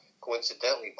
coincidentally